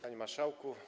Panie Marszałku!